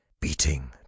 Beating